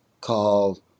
called